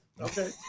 Okay